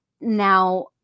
Now